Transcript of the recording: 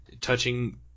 Touching